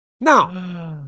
Now